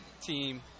team